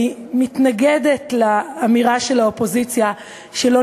אני מתנגדת לאמירה של האופוזיציה שלא